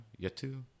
Yetu